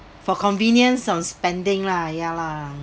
for convenience on spending lah ya lah